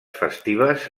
festives